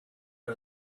her